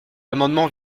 amendement